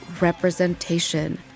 representation